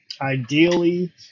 Ideally